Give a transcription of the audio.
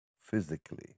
physically